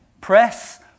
Press